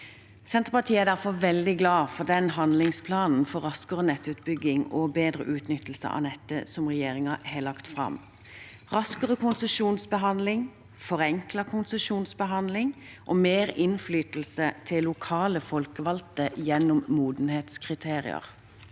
Senterpartiet er derfor veldig glad for handlingsplanen for raskere nettutbygging og bedre utnyttelse av nettet som regjeringen har lagt fram. Raskere konsesjonsbehandling, forenklet konsesjonsbehandling og mer innflytelse til lokale folkevalgte gjennom modenhetskriterier